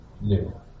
new